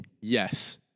Yes